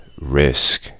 risk